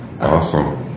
Awesome